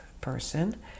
person